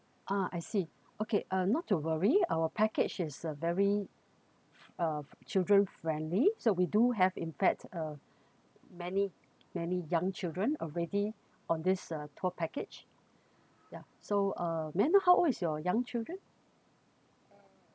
ah I see okay uh not to worry our package is a very uh children friendly so we do have in fact uh many many young children already on this uh tour package yeah so uh may I know how old is your young children